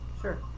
Sure